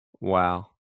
Wow